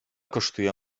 kosztuje